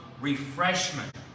refreshment